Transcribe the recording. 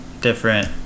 different